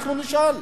אנחנו נשאל אותה.